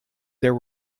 there